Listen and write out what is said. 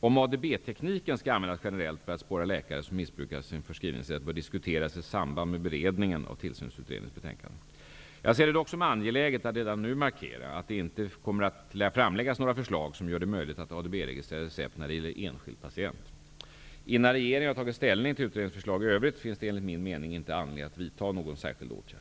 Om ADB-tekniken skall användas generellt för att spåra läkare som missbrukar sin förskrivningsrätt bör diskuteras i samband med beredningen av Tillsynsutredningens betänkande. Jag ser det dock som angeläget att redan nu markera att det inte kommer att framläggas några förslag som gör det möjligt att Innan regeringen har tagit ställning till utredningens förslag i övrigt finns det enligt min mening inte anledning att vidta någon särskild åtgärd.